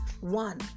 one